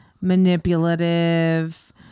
manipulative